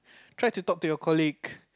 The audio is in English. try to talk to your colleague